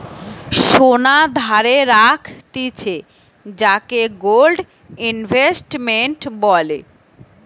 সোনা ধারে রাখতিছে যাকে গোল্ড ইনভেস্টমেন্ট বলে